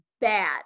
bad